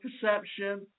perception